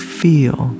feel